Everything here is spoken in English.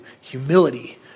humility